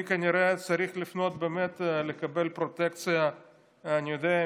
אני כנראה צריך לפנות לקבל פרוטקציה מגפני,